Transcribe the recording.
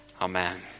amen